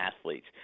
athletes